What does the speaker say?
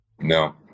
No